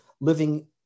living